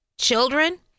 children